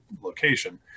location